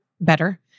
Better